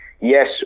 Yes